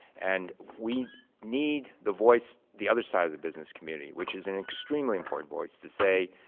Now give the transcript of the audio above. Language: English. and we need the voice, the other side of the business community, which is an extremely important voice, to say,